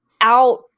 out